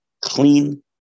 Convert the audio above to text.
clean